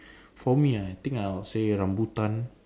for me ah I think I will say rambutan